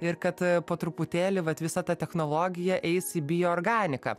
ir kad po truputėlį vat visa ta technologija eis į bio organiką